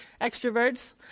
extroverts